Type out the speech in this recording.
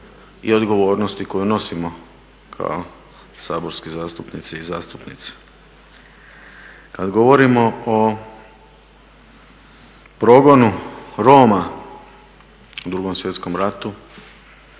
i odgovornosti koju nosimo kao saborski zastupnici i zastupnice. Kad govorimo o progonu Roma u Drugom svjetskom ratu,